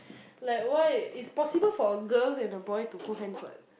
like why it's possible for a girls and boy to hold hands what